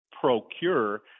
procure